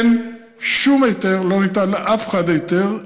אין שום היתר, לא ניתן לאף אחד היתר.